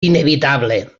inevitable